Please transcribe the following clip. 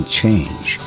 change